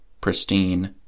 pristine